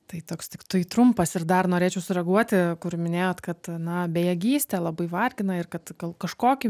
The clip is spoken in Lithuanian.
tai toks tiktai trumpas ir dar norėčiau sureaguoti kur minėjot kad na bejėgystė labai vargina ir kad gal kažkokį